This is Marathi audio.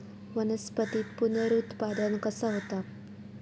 वनस्पतीत पुनरुत्पादन कसा होता?